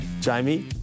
Jamie